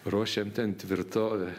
ruošiam ten tvirtovę